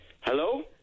Hello